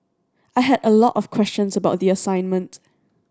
I had a lot of questions about the assignment